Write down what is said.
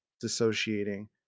dissociating